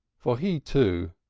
for he, too,